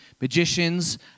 magicians